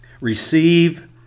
receive